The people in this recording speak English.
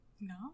No